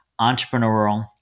entrepreneurial